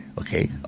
Okay